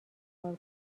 کار